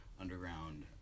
underground